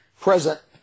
Present